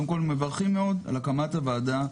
קודם כול מברכים מאוד על הקמת הוועדה.